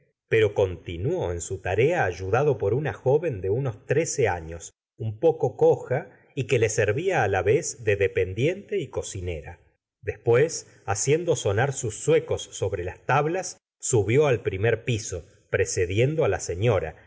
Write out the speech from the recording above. pero continuó en su tarea ayudado por una joven de unos trece años un poco coja y que le servía á la vez de dependiente y cocinera después haciendo sonar sus zuecos sobre las tablas subió al primer piso precediendo á la señora